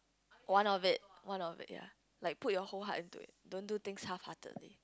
one of it one of it ya like put your whole heart into it don't do things half heartedly